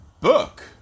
book